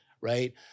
right